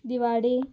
दिवाडे